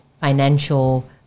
financial